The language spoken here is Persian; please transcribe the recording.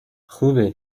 خوبه